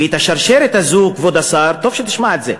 ואת השרשרת הזאת, כבוד השר, טוב שתשמע את זה,